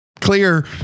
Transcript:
Clear